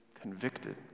convicted